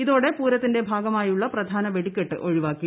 ഇതോടെ പൂരത്തിന്റെ ഭാഗമായുള്ള പ്രധാന വെടിക്കെട്ട് ഒഴിവാക്കി